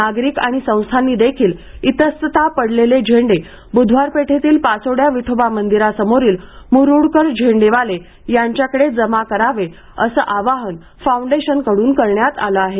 नागरीक आणि संस्थांनी देखील इतस्ततः पडलेले झेंडे ब्धवार पेठेतील पासोड्या विठोबा मंदिरासमोरील मुरूडकर झेंडेवाले यांच्याकडे जमा करावे असे आवाहन फाऊंडेशन कडून करण्यात आले आहे